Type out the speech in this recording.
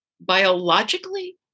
biologically